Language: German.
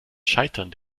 scheitern